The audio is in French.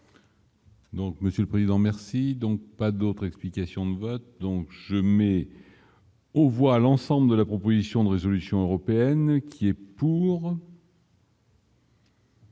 Donc, Monsieur le Président merci donc pas d'autre explications de vote, donc je mets aux voix à l'ensemble de la proposition de résolution européenne qui est pour.